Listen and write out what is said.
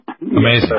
Amazing